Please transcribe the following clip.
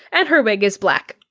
and her wig is black.